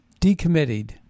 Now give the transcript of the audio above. decommitted